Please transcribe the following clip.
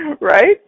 Right